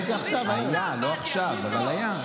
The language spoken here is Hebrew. לא עכשיו, אבל היה.